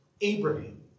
Abraham